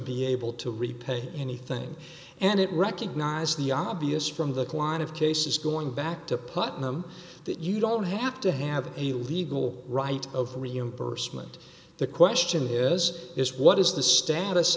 be able to repay anything and it recognized the obvious from the klein of cases going back to putnam that you don't have to have a legal right of reimbursement the question is is what is the status